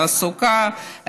תעסוקה,